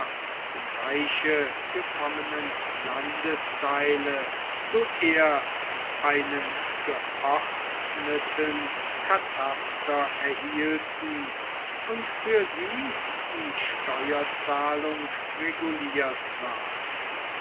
zum reiche gekommenen landesteile zuerst einen geordneten kataster erhielten und für sie die steuerzahlung reguliert ward